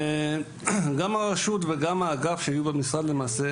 וגם הרשות וגם האגף שיהיו במשרד למעשה,